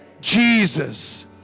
Jesus